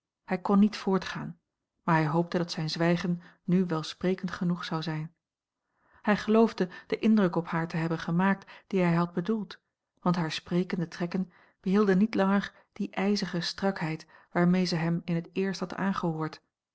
hij kon niet voortgaan maar hij hoopte dat zijn zwijgen nu welsprekend genoeg zou zijn hij geloofde den indruk op haar te hebben gemaakt dien hij had bedoeld want hare sprekende trekken behielden niet langer die ijzige strakheid waarmee zij hem in t eerst had aangehoord